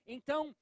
Então